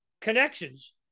connections